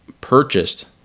purchased